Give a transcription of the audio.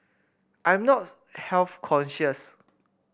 I'm not health conscious